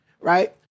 right